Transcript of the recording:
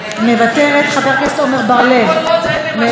מוותרת, חבר הכנסת עמר בר-לב, אינו